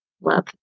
love